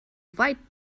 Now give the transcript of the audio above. weit